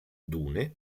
dune